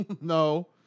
no